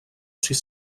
sis